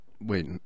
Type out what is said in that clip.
wait